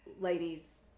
Ladies